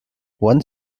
one